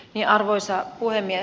arvoisa puhemies